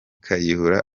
kayihura